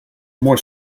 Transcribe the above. more